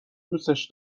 دوستش